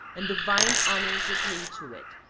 and divine honors were paid to it.